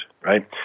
right